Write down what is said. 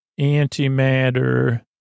antimatter